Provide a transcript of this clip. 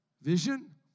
Vision